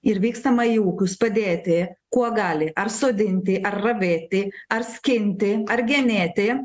ir vykstama į ūkius padėti kuo gali ar sodinti ar ravėti ar skinti ar genėti